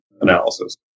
analysis